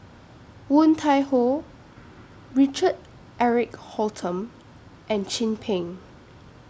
Woon Tai Ho Richard Eric Holttum and Chin Peng